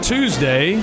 Tuesday